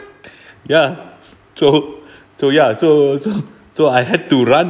ya so so ya so so so I had to run